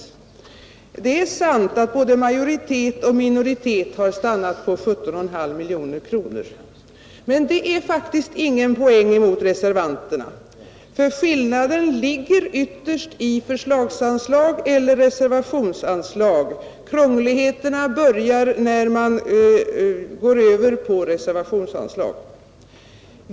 Det är sant att både en majoritet och minoritet har stannat för 17,5 miljoner kronor, men det är faktiskt ingen poäng mot reservanterna. Skillnaden ligger nämligen ytterst i frågan om förslagsanslag eller reservationsanslag. Krångligheterna börjar när man går över till reservationsanslag.